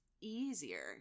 easier